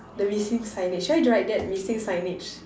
the missing signage should I draw like that missing signage